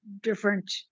different